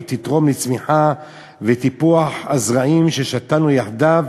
תתרום לצמיחה ולטיפוח הזרעים ששתלנו יחדיו.